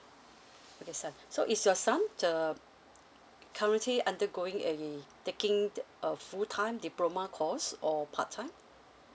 okay son so is your son uh currently undergoing a taking that a full time diploma course or part time